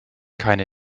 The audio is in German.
keine